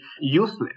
useless